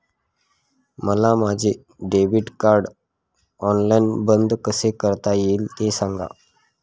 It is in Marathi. मला माझे डेबिट कार्ड ऑनलाईन बंद कसे करता येईल, ते सांगा